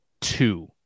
two